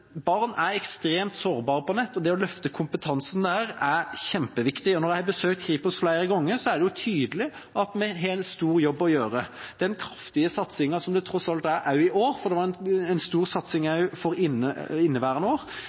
Barn er ekstremt sårbare på nett, og det å løfte kompetansen der er kjempeviktig. Jeg har besøkt Kripos flere ganger, og det er tydelig at vi har en stor jobb å gjøre. Den kraftige satsingen som det tross alt er også i år – for det var en stor satsing også for inneværende år